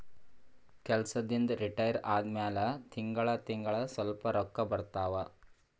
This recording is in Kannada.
ಕೆಲ್ಸದಿಂದ್ ರಿಟೈರ್ ಆದಮ್ಯಾಲ ತಿಂಗಳಾ ತಿಂಗಳಾ ಸ್ವಲ್ಪ ರೊಕ್ಕಾ ಬರ್ತಾವ